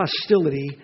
hostility